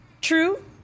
True